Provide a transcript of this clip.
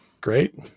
great